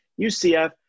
UCF